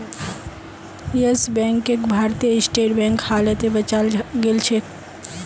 yes बैंकक Bharatiya state bank हालते बचाल गेलछेक